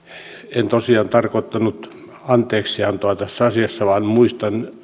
en tosiaan tarkoittanut anteeksiantoa tässä asiassa vaan muistan